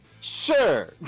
sure